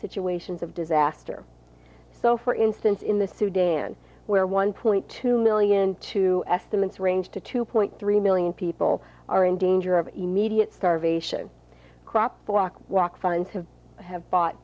situations of disaster so for instance in the sudan where one point two million two estimates range to two point three million people are in danger of immediate starvation crop block walks on to have bought